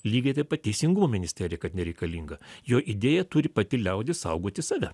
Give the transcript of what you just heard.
lygiai taip pat teisingumo ministerija kad nereikalinga jo idėja turi pati liaudis saugoti save